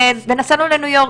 ונסענו לניו יורק.